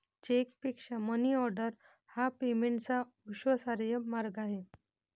चेकपेक्षा मनीऑर्डर हा पेमेंटचा विश्वासार्ह मार्ग आहे